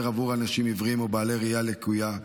עבור אנשים עיוורים או בעלי ראייה לקויה.